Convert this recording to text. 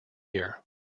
year